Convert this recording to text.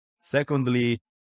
Secondly